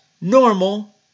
normal